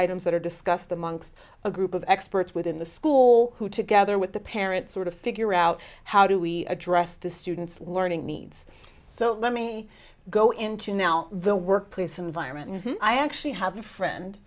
items that are discussed amongst a group of experts within the school who together with the parent sort of figure out how do we address the students learning needs so let me go into now the workplace environment and i actually have a friend